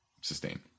sustain